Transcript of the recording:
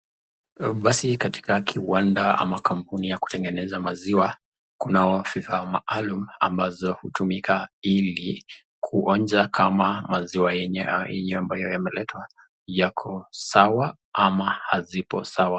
Basi katika kiwanda ama kampuni ya kutengeneza maziwa kunao vifaa maalum ambazo hutumika ili kuonja kama maziwa yenyewe ambayo yameletwa , yako sawa ama hazipo sawa.